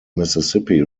mississippi